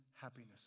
happiness